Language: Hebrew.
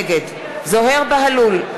נגד זוהיר בהלול,